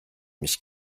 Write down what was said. mich